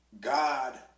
God